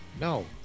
No